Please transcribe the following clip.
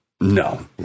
No